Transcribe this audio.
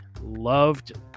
loved